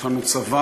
יש לנו צבא,